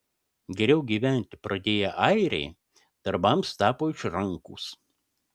geriau gyventi pradėję airiai darbams tapo išrankūs